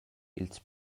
ils